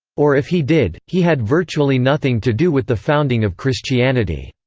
or if he did, he had virtually nothing to do with the founding of christianity.